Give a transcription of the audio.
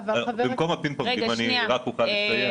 במקום פינג-פונג, האם אני רק אוכל לסיים?